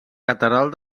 catedral